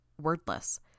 wordless